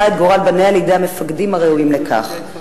את גורל בניה לידי המפקדים הראויים לכך".